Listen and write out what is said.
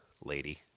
lady